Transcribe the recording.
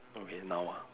okay now ah